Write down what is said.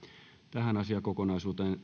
tähän asiakokonaisuuteen